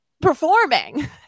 performing